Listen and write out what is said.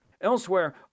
Elsewhere